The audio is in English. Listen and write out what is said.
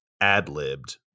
ad-libbed